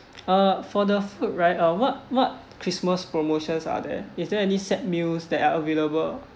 uh for the food right uh what what christmas promotions are there is there any set meals that are available